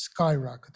skyrocketed